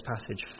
passage